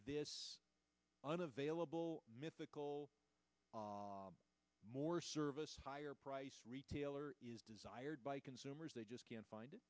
unavailable mythical more service higher priced retailer is desired by consumers they just can't find